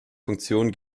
funktion